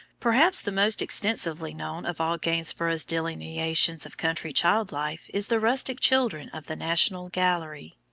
perhaps the most extensively known of all gainsborough's delineations of country child-life is the rustic children of the national gallery.